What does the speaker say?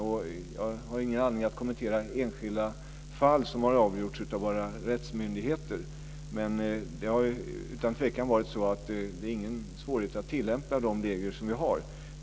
Jag har ingen anledning att kommentera enskilda fall som har avgjorts av våra rättsvårdande myndigheter. Utan tvekan har det inte varit några svårigheter med att tillämpa de regler som vi har.